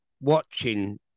watching